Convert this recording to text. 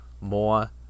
more